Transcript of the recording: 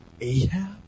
Ahab